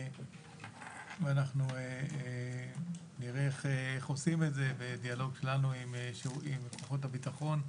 ואנחנו נראה איך עושים את זה בדיאלוג שלנו עם כוחות הביטחון,